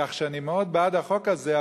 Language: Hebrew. כך שאני מאוד בעד החוק הזה,